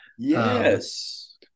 yes